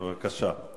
בבקשה.